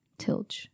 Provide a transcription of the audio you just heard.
Tilch